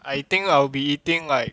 I think I'll be eating like